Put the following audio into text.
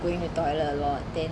going to toilet a lot then